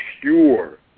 pure